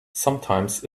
sometimes